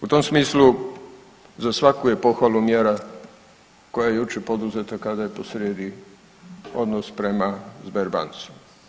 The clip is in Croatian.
U tom smislu, za svaku je pohvalu mjera koja je jučer poduzeta kada je posrijedi odnos prema Sberbanci.